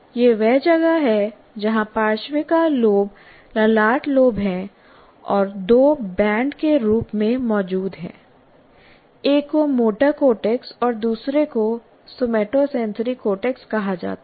यह वह जगह है जहां पार्श्विका लोब ललाट लोब हैं और दो बैंड के रूप में मौजूद हैं एक को मोटर कॉर्टेक्स और दूसरे को सोमैटोसेंसरी कॉर्टेक्स कहा जाता है